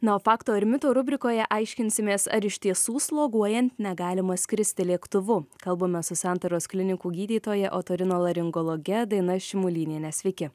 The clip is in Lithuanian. na o faktų ar mitų rubrikoje aiškinsimės ar iš tiesų sloguojant negalima skristi lėktuvu kalbame su santaros klinikų gydytoja otorinolaringologe daina šimulyniene sveiki